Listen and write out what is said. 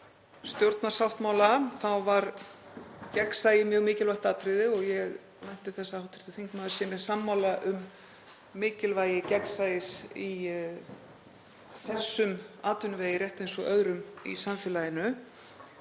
stjórnarsáttmála þá var gagnsæið mjög mikilvægt atriði og ég vænti þess að hv. þingmaður sé mér sammála um mikilvægi gagnsæis í þessum atvinnuvegi, rétt eins og öðrum í samfélaginu.